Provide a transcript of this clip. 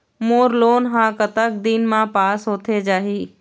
मोर loan हा कतक दिन मा पास होथे जाही?